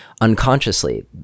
unconsciously